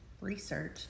research